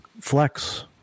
Flex